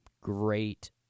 Great